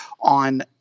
on